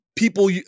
People